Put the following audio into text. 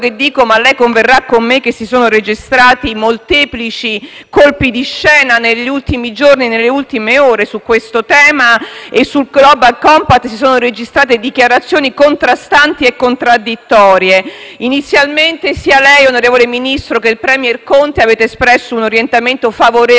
colpi di scena negli ultimi giorni e nelle ultime ore su questo tema. Sul Global compact si sono registrate dichiarazioni contrastanti e contraddittorie. Inizialmente, sia lei, signor Ministro, che il *premier* Conte avete espresso un orientamento favorevole alla sottoscrizione; poi, dopo giorni di silenzio,